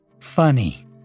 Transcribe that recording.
Funny